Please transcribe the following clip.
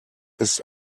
ist